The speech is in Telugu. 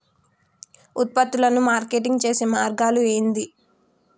ఉత్పత్తులను మార్కెటింగ్ చేసే మార్గాలు ఏంది?